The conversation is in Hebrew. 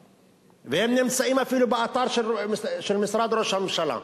והנתונים נמצאים אפילו באתר של משרד ראש הממשלה,